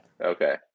okay